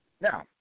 Now